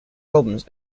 problems